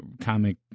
comic